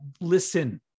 listen